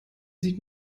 sieht